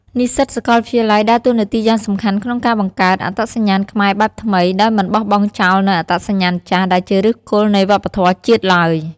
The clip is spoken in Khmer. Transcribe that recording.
និស្សិតសាកលវិទ្យាល័យដើរតួនាទីយ៉ាងសំខាន់ក្នុងការបង្កើត អត្តសញ្ញាណខ្មែរបែបថ្មី ដោយមិនបោះបង់ចោលនូវ អត្តសញ្ញាណចាស់ ដែលជាឫសគល់នៃវប្បធម៌ជាតិឡើយ។